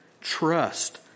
Trust